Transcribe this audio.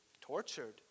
tortured